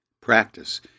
practice